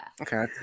Okay